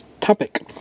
topic